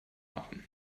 machen